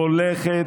הולכת,